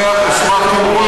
אני אשמח כמובן